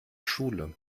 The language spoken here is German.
schule